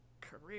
career